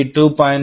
0 USB 2